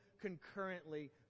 concurrently